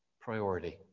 priority